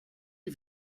les